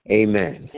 amen